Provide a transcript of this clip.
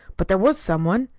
but there was some one,